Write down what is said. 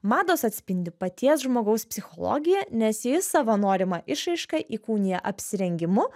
mados atspindi paties žmogaus psichologiją nes jis savo norimą išraišką įkūnija apsirengimu